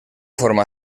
forma